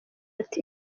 ati